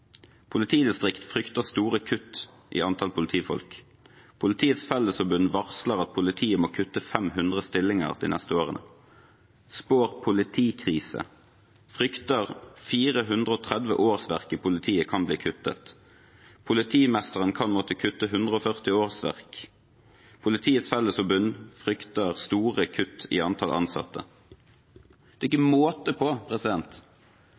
Politidistrikt frykter store kutt i antall politifolk. Politiets Fellesforbund varsler at politiet må kutte 500 stillinger det neste året. Spår politikrise. Frykter 430 årsverk i politiet kan bli kuttet. Politimesteren kan måtte kutte 140 årsverk. Politiets Fellesforbund frykter store kutt i antallet ansatte. Det er ikke måte på